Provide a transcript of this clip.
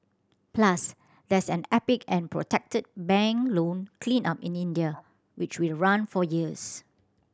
plus there's an epic and protracted bank loan cleanup in India which will run for years